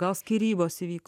gal skyrybos įvyko